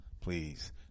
please